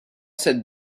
cette